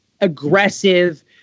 aggressive